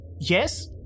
yes